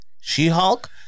She-Hulk